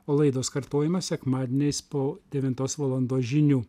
o laidos kartojamos sekmadieniais po devintos valandos žinių